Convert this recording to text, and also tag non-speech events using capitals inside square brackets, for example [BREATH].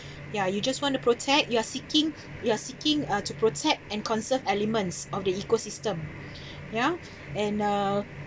ya you just want to protect you are seeking you are seeking uh to protect and conserve elements of the ecosystem [BREATH] yeah and uh